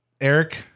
Eric